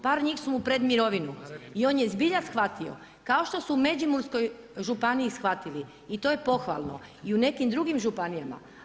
Par njih su mu pred mirovinu i on je zbilja shvatio kao što su u Međimurskoj županiji shvatili i to je pohvalno i u nekim drugim županijama.